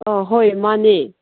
ꯑꯥ ꯍꯣꯏ ꯃꯥꯟꯅꯦ